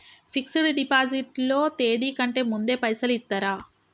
Fix డ్ deposit లో తేది కంటే ముందే పైసలు ఇత్తరా?